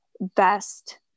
best